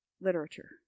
literature